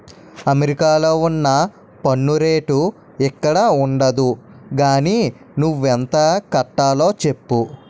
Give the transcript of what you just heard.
అమెరికాలో ఉన్న పన్ను రేటు ఇక్కడుండదు గానీ నువ్వెంత కట్టాలో చెప్పు